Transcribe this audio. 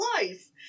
life